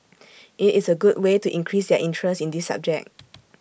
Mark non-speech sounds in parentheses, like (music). IT is A good way to increase their interest in this subject (noise)